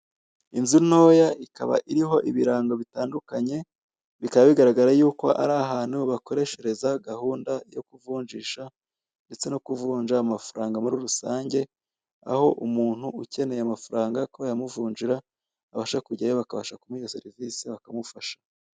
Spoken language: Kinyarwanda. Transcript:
Inzu ntoya ikaba iriho ibirango bitandukanye bikaba bigaragara yuko ari ahantu bakoreshereza gahunda yo kuvunjisha ndetse no kuvunja amafaranga muri rusange aho umuntu ukeneye amafaranga ko bayamuvunjira abasha kujyayo bakabasha kumuha iyo serivise bakamufasha.